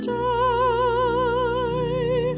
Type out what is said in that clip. die